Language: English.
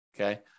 okay